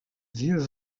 vieux